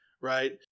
right